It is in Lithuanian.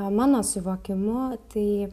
mano suvokimu tai